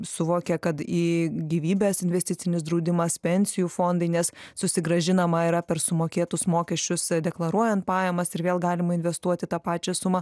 suvokia kad į gyvybės investicinis draudimas pensijų fondai nes susigrąžinama yra per sumokėtus mokesčius deklaruojant pajamas ir vėl galima investuoti tą pačią sumą